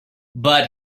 but